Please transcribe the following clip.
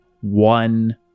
one